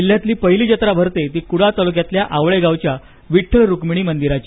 जिल्हयातली पहिली जत्रा भरते ती कुडाळ तालुक्यातल्या आवळेगावच्या विठ्ठल रुक्मिणी मंदिराची